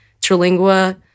trilingua